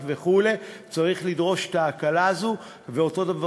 אנחנו מכבדים את הבקשה שלך, אנחנו תומכים